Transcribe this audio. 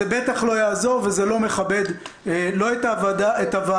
זה בטח לא יעזור וזה לא מכבד לא את הוועדה,